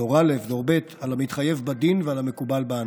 דור א', דור ב' על המתחייב בדין ועל המקובל בענף,